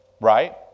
Right